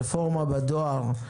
רפורמה בדואר,